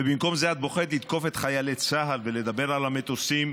ובמקום זה את בוחרת לתקוף את חיילי צה"ל ולדבר על המטוסים,